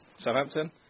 Southampton